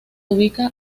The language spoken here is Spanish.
ubica